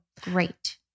great